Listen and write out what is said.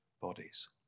bodies